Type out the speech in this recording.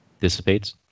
dissipates